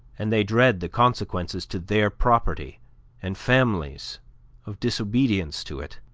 and they dread the consequences to their property and families of disobedience to it.